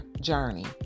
journey